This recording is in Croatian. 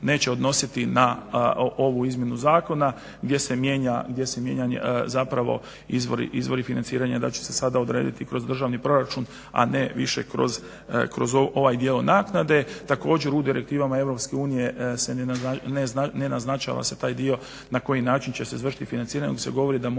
neće odnositi na ovu izmjenu zakona gdje se mijenjaju zapravo izvori financiranja, da će se sada odrediti kroz državni proračun, a ne više kroz ovaj dio naknade. Također u direktivama Europske unije se ne naznačava taj dio na koji način će se izvršiti financiranje